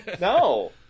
No